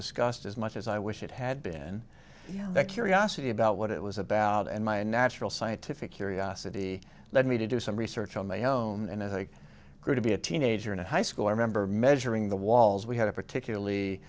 discussed as much as i wish it had been that curiosity about what it was about and my natural scientific curiosity led me to do some research on my own and as a i grew to be a teenager in a high school i remember measuring the walls we had a particularly